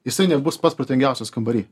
jisai nebus pats protingiausias kambary